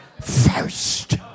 first